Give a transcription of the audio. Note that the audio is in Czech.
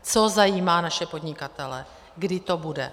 Co zajímá naše podnikatele: kdy to bude?